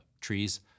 trees